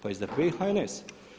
Pa SDP i HNS.